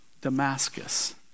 Damascus